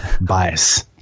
bias